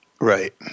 right